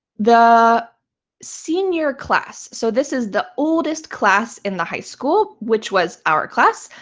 the senior class, so this is the oldest class in the high school, which was our class,